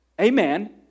Amen